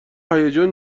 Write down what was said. هیجان